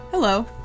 Hello